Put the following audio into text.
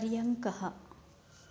पर्यङ्कः